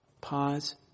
pause